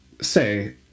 Say